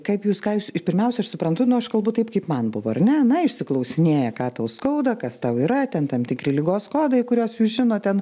kaip jūs ką jūs ir pirmiausia aš suprantu nu aš kalbu taip kaip man buvo ar ne na išsiklausinėja ką tau skauda kas tau yra ten tam tikri ligos kodai kuriuos jūs žinot ten